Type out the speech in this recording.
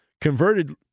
Converted